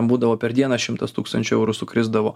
būdavo per dieną šimtas tūkstančių eurų sukrisdavo